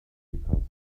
because